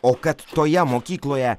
o kad toje mokykloje